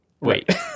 Wait